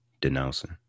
denouncing